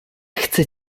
chce